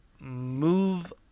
move